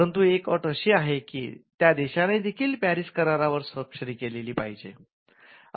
परंतु एक अट अशी की त्या देशाने देखील पॅरिस करारावर स्वाक्षरी केलेली पाहिजे